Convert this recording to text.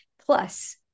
plus